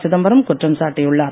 சிதம்பரம் குற்றம் சாட்டியுள்ளார்